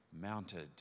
mounted